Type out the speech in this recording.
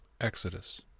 Exodus